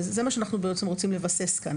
וזה מה שאנחנו רוצים לבסס כאן,